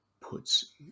puts